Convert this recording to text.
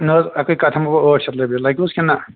نہَ حظ اکٕے کَتھ ہیٚمو بہٕ ٲٹھ شیٚتھ رۅپیہِ لگوٕ حظ کِنہٕ نا